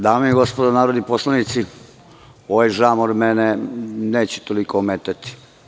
Dame i gospodo narodni poslanici, ovaj žamor mene neće toliko ometati.